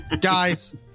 guys